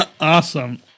Awesome